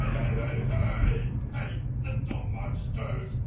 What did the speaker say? hey hey little monsters.